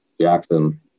Jackson